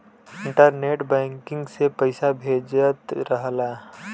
internet banking से पइसा भेजत रहला